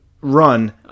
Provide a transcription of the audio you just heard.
run